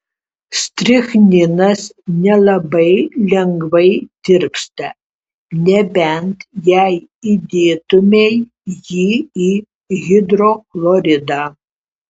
strichninas nelabai lengvai tirpsta nebent jei įdėtumei jį į hidrochloridą